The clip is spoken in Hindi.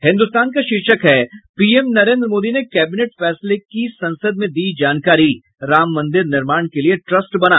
हिन्दुस्तान का शीर्षक है पीएम नरेन्द्र मोदी ने कैबिनेट फैसले की संसद में दी जानकारी राम मंदिर निर्माण के लिए ट्रस्ट बना